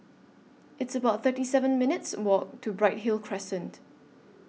It's about thirty seven minutes' Walk to Bright Hill Crescent